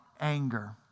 anger